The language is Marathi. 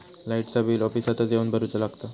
लाईटाचा बिल ऑफिसातच येवन भरुचा लागता?